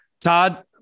Todd